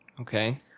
Okay